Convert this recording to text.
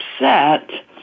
upset